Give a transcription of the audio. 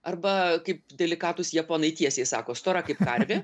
arba kaip delikatūs japonai tiesiai sako stora kaip karvė